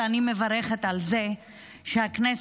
אני מזמין את חברת הכנסת